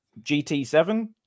GT7